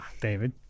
David